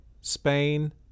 Spain